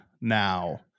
now